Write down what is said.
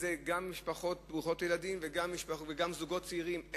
גם משפחות ברוכות ילדים וגם זוגות צעירים.